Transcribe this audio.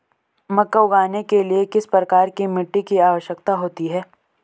मक्का उगाने के लिए किस प्रकार की मिट्टी की आवश्यकता होती है?